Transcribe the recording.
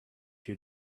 your